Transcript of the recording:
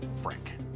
Frank